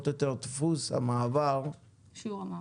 או יותר דפוס המעבר --- שיעור המעבר.